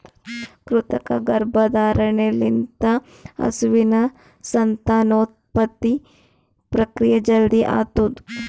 ಕೃತಕ ಗರ್ಭಧಾರಣೆ ಲಿಂತ ಹಸುವಿನ ಸಂತಾನೋತ್ಪತ್ತಿ ಪ್ರಕ್ರಿಯೆ ಜಲ್ದಿ ಆತುದ್